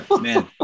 man